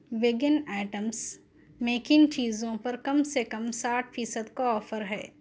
vegan items میں کن چیزوں پر کم سے کم ساٹھ فیصد کا آفر ہے